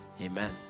Amen